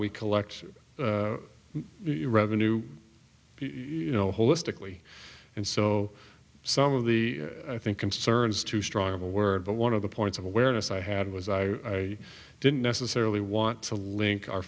we collect revenue you know holistically and so some of the i think concerns too strong of a word but one of the points of awareness i had was i didn't necessarily want to link our